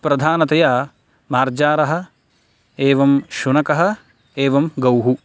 प्रधानतया मार्जारः एवं शुनकः एवं गौः